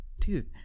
dude